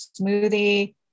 smoothie